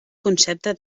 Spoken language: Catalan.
concepte